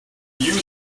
use